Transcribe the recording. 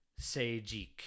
Sejik